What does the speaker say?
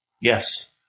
yes